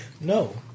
No